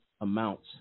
amounts